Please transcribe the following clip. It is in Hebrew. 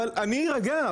אני אירגע,